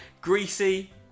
Greasy